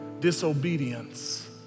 disobedience